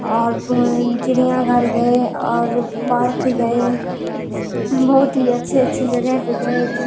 اور چڑیا گھر گئے اور پاڑک گئے بہت ہی اچھی اچھی جگہ پہ گئے